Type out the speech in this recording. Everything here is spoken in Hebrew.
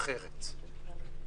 נכון.